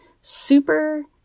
super